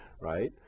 right